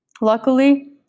Luckily